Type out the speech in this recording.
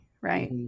right